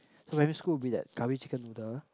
so primary school will be that curry chicken noodle